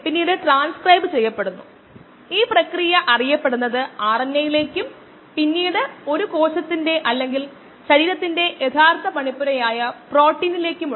ഈ സാഹചര്യത്തിൽ വോളിയം സ്ഥിരമായതിനാൽ ചാറു വോളിയം വോളിയം സിസ്റ്റത്തിന്റെ അത് ഒരു കോൺസ്റ്റന്റ് ആണ് നമുക്ക് ഡെറിവേറ്റീവിൽ നിന്ന് വോളിയം പുറത്തെടുക്കാൻ കഴിയും V